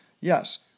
Yes